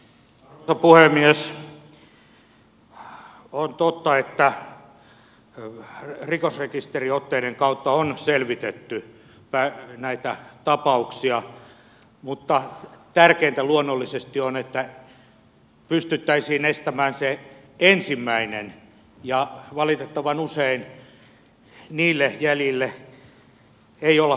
on totta että rikosrekisteriotteiden kautta on selvitetty näitä tapauksia mutta tärkeintä luonnollisesti on että pystyttäisiin estämään se ensimmäinen ja valitettavan usein niille jäljille ei ole päästy